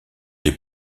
des